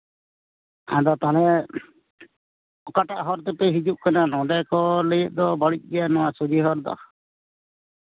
ᱟᱫᱚ ᱛᱟᱦᱚᱞᱮ ᱚᱠᱟᱴᱟᱜ ᱦᱚᱨ ᱛᱮᱯᱮ ᱦᱤᱡᱩᱜ ᱠᱟᱱᱟ ᱱᱚᱸᱰᱮ ᱠᱚ ᱞᱟᱹᱭᱮᱫ ᱫᱚ ᱵᱟᱹᱲᱤᱡ ᱜᱮᱭᱟ ᱱᱚᱶᱟ ᱥᱚᱡᱷᱮ ᱦᱚᱨᱫᱚ